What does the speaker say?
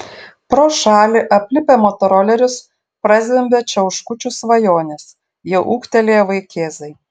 pro šalį aplipę motorolerius prazvimbia čiauškučių svajonės jau ūgtelėję vaikėzai